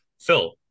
Phil